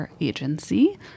agency